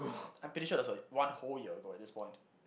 I'm pretty sure that there's like one whole year ago at this point